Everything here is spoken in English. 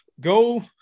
Go